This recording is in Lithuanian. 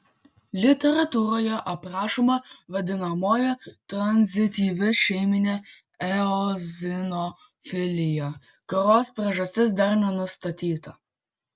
literatūroje aprašoma vadinamoji tranzityvi šeiminė eozinofilija kurios priežastis dar nenustatyta